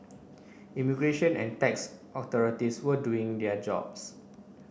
immigration and tax authorities were doing their jobs